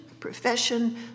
profession